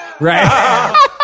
right